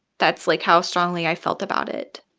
that's, like, how strongly i felt about it